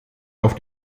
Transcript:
auf